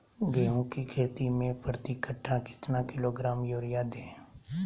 गेंहू की खेती में प्रति कट्ठा कितना किलोग्राम युरिया दे?